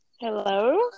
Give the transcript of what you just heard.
Hello